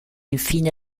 infine